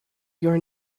your